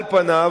על פניו,